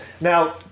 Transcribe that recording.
Now